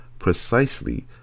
precisely